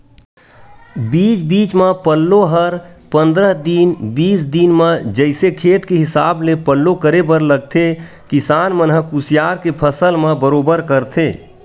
बीच बीच म पल्लो हर पंद्रह दिन बीस दिन म जइसे खेत के हिसाब ले पल्लो करे बर लगथे किसान मन ह कुसियार के फसल म बरोबर करथे